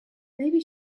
maybe